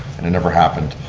and it never happened.